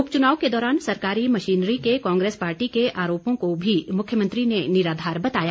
उपचुनाव के दौरान सरकारी मशीनरी के कांग्रेस पार्टी के आरोपों को भी मुख्यमंत्री ने निराधार बताया